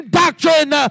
doctrine